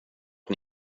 att